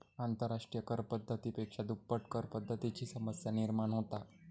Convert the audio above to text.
आंतरराष्ट्रिय कर पद्धती पेक्षा दुप्पट करपद्धतीची समस्या निर्माण होता